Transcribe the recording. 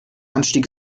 anstieg